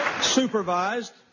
supervised